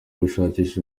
gushakisha